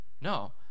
No